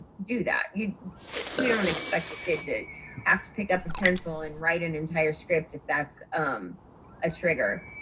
do that. yeah we don't expect a kid to have to pick up a pencil and write an entire script if that's um a trigger.